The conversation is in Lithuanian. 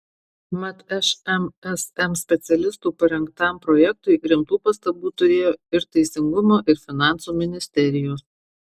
mat šmsm specialistų parengtam projektui rimtų pastabų turėjo ir teisingumo ir finansų ministerijos